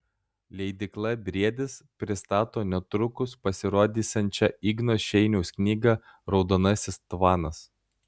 leidykla briedis pristato netrukus pasirodysiančią igno šeiniaus knygą raudonasis tvanas